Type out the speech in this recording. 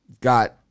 Got